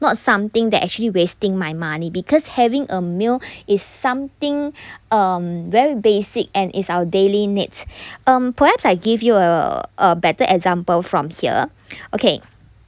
not something that actually wasting my money because having a meal is something um very basic and it's our daily needs um perhaps I give you a a better example from here okay